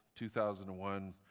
2001